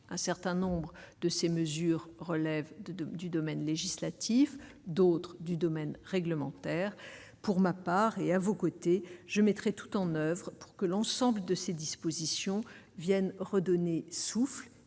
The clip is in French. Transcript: un certain nombres de ces mesures relève de de du domaine législatif, d'autres du domaine réglementaire, pour ma part et à vos côtés, je mettrai tout en oeuvre pour que l'ensemble de ces dispositions viennent redonner souffle